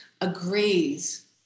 agrees